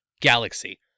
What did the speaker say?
galaxy